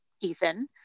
Ethan